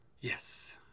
Yes